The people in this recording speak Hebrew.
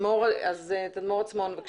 תדמור עצמון, בבקשה.